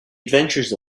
adventures